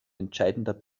entscheidender